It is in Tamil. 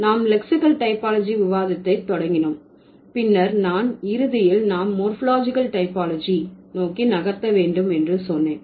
நாம் லெக்சிகல் டைப்பாலஜி விவாதத்தை தொடங்கினோம் பின்னர் நான் இறுதியில் நாம் மோர்பாலஜிகல் டைபாலஜி நோக்கி நகர்த்த வேண்டும் என்று சொன்னேன்